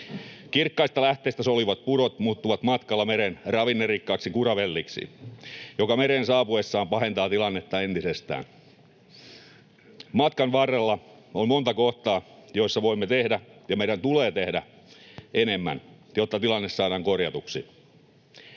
Kirkkaista lähteistä soljuvat purot muuttuvat matkalla mereen ravinnerikkaaksi kuravelliksi, joka mereen saapuessaan pahentaa tilannetta entisestään. Matkan varrella on monta kohtaa, joissa voimme tehdä ja meidän tulee tehdä enemmän, jotta tilanne saadaan korjatuksi.